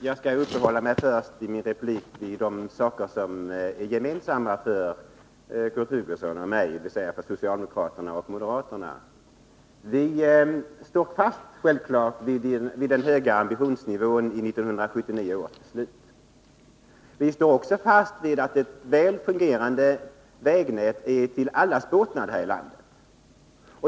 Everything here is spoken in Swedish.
Herr talman! Jag skall i min replik först uppehålla mig vid det som är gemensamt för Kurt Hugosson och mig, dvs. för socialdemokraterna och moderaterna. Vistår självfallet fast vid den höga ambitionsnivån i 1979 års beslut. Vi står också fast vid att ett väl fungerande vägnät är till båtnad för alla här i landet.